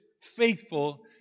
faithful